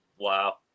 Wow